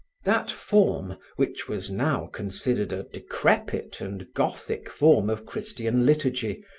that form which was now considered a decrepit and gothic form of christian liturgy,